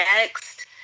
next